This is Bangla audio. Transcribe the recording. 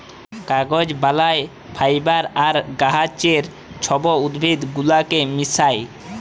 কাগজ বালায় ফাইবার আর গাহাচের ছব উদ্ভিদ গুলাকে মিশাঁয়